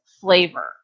flavor